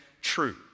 true